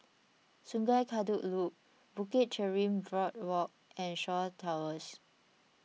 Sungei Kadut Loop Bukit Chermin Boardwalk and Shaw Towers